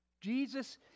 Jesus